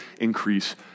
increase